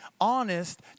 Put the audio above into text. honest